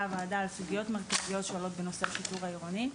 הוועדה על סוגיות מרכזיות שעולות בנושא השיטור העירוני,